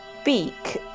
speak